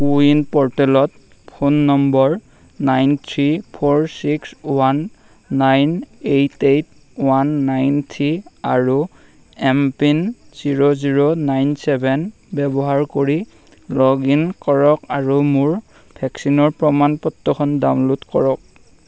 CoWIN প'ৰ্টেলত phone number nine three four six one nine eight eight one nine three আৰু MPIN zero zero nine seven ব্যৱহাৰ কৰি log in কৰক আৰু মোৰ ভেকচিনৰ প্ৰমাণ পত্ৰখন ডাউনল'ড কৰক